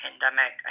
pandemic